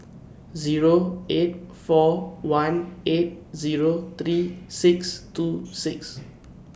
Zero eight four one eight Zero three six two six